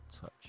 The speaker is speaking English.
touch